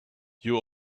you